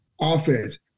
offense